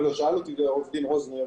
שאל אותי עורך דין רוזנר,